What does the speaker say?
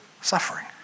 suffering